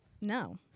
no